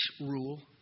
rule